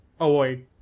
avoid